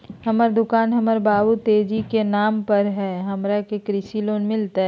हमर दुकान हमर बाबु तेजी के नाम पर हई, हमरा के कृषि लोन मिलतई?